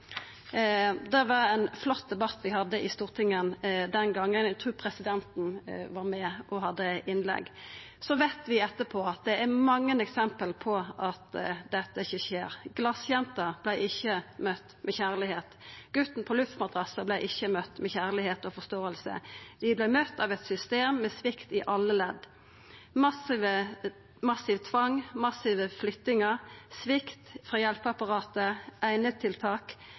Det var ein flott debatt vi hadde i Stortinget den gongen, og eg trur presidenten var med og hadde innlegg. Så veit vi at det etterpå har vore mange eksempel på at dette ikkje skjer. «Glasjenta» vart ikkje møtt med kjærleik. «Guten på luftmadrassen» vart ikkje møtt med kjærleik og forståing. Dei vart møtte av eit system med svikt i alle ledd: massiv tvang, massive flyttingar, svikt frå hjelpeapparatet, einetiltak,